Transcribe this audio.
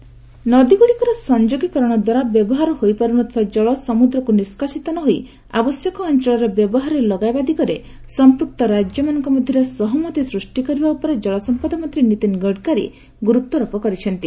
ଗଡକରୀ ନଦୀଗୁଡିକର ସଂଯୋଗୀକରଣ ଦ୍ୱାରା ବ୍ୟବହାର ହୋଇପାରୁ ନ ଥିବା ଜଳ ସମୁଦ୍ରକୁ ନିଷ୍କାସିତ ନ ହୋଇ ଆବଶ୍ୟକ ଅଞ୍ଚଳରେ ବ୍ୟବହାରରେ ଲଗାଇବା ଦିଗରେ ସମ୍ପୁକ୍ତ ରାଜ୍ୟମାନଙ୍କ ମଧ୍ୟରେ ସହମତି ସୃଷ୍ଟି କରିବା ଉପରେ ଜଳସମ୍ପଦ ମନ୍ତ୍ରୀ ନୀତିନ ଗଡକରୀ ଗୁରୁତ୍ୱାରୋପ କରିଛନ୍ତି